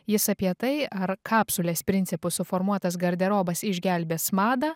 jis apie tai ar kapsulės principu suformuotas garderobas išgelbės madą